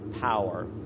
power